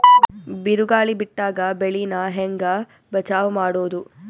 ಬಿರುಗಾಳಿ ಬಿಟ್ಟಾಗ ಬೆಳಿ ನಾ ಹೆಂಗ ಬಚಾವ್ ಮಾಡೊದು?